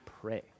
pray